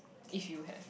if you had